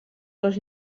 les